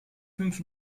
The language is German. fünf